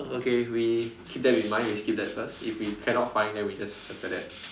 okay we keep that in mind we skip that first if we cannot find then we just circle that